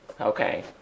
Okay